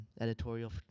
editorial